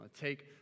take